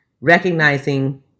recognizing